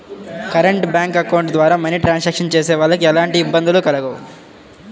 current bank account ద్వారా money transactions చేసేవాళ్ళకి ఎలాంటి ఇబ్బంది కలగదు